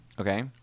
Okay